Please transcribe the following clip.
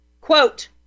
Quote